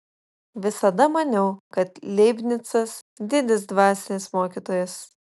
visada maniau kad leibnicas didis dvasinis mokytojas